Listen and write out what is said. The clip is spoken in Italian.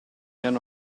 hanno